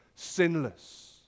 sinless